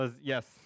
Yes